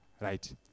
Right